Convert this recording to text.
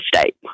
state